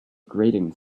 grating